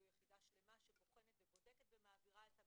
יחידה שלמה שבוחנת ובודקת ומעבירה את המידע.